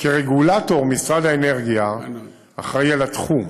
כרגולטור, משרד האנרגיה אחראי לתחום.